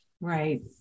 Right